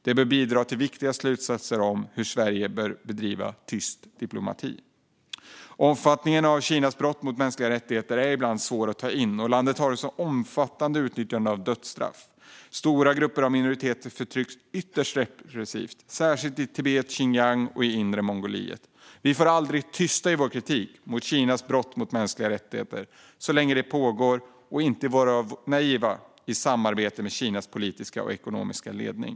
Den kan bidra till viktiga slutsatser om hur Sverige bör bedriva tyst diplomati. Omfattningen av Kinas brott mot mänskliga rättigheter är ibland svår att ta in. Landet har ett omfattande utnyttjande av dödsstraff. Stora grupper av minoriteter förtrycks ytterst repressivt, särskilt i Tibet, Xinjiang och Inre Mongoliet. Vi får aldrig vara tysta i vår kritik mot Kinas brott mot mänskliga rättigheter så länge de pågår och inte vara naiva i vår syn på samarbete med Kinas politiska och ekonomiska ledning.